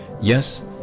yes